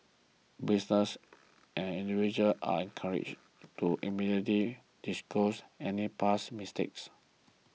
businesses and individuals are encouraged to immediately disclose any past mistakes